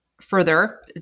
further